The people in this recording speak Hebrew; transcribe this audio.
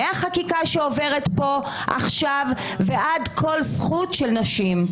מהחקיקה שעוברת פה עכשיו ועד כל זכות של נשים.